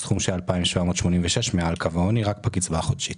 זה סכום שהוא 2,786 מעל קו העוני רק מהקצבה החודשית.